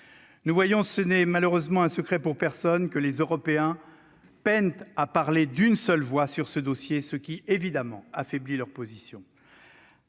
Nous voyons- ce n'est malheureusement un secret pour personne -que les Européens peinent à parler d'une seule voix dans ce dossier, ce qui, évidemment, affaiblit leurs positions.